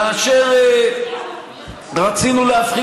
כאשר רצינו לתת,